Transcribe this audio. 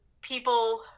people